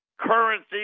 currency